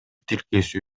тилкеси